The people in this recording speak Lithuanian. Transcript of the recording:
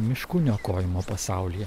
miškų niokojimo pasaulyje